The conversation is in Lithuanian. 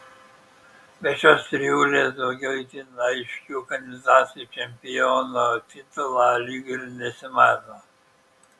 be šios trijulės daugiau itin aiškių kandidatų į čempiono titulą lyg ir nesimato